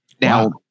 Now